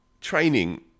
training